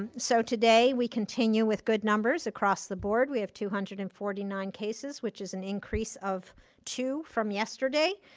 um so today we continue with good numbers across the board. we have two hundred and forty nine cases, which is an increase of two from yesterday.